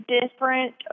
different